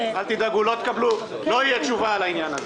אל תדאגו, לא תהיה תשובה לעניין הזה.